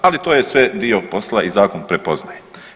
Ali to je sve dio posla i zakon prepoznaje.